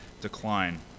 decline